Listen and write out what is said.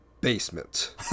basement